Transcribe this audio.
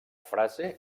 frase